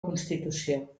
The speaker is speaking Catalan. constitució